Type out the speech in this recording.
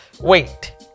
wait